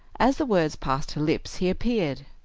as the words passed her lips he appeared.